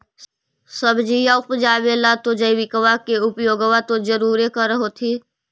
सब्जिया उपजाबे ला तो जैबिकबा के उपयोग्बा तो जरुरे कर होथिं?